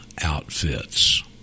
outfits